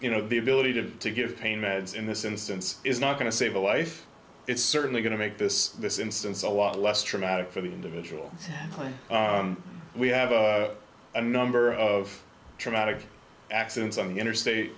you know the ability to to give pain meds in this instance is not going to save a life it's certainly going to make this this instance a lot less traumatic for the individual player we have a number of traumatic accidents on the interstate